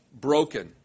broken